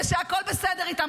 שהכול בסדר איתם.